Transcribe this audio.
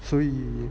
所以